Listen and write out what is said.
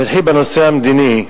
אני אתחיל בנושא המדיני.